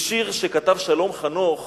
משיר שכתב שלום חנוך